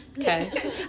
Okay